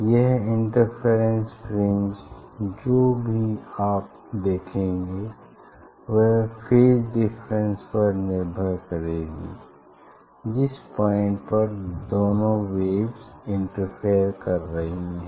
यह interference fringe जो भी आप देखेंगे वह फेज डिफरेंस पर निर्भर करेंगी जिस पॉइंट पर दोनों वेव्स इंटरफेयर कर रही हैं